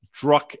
Druck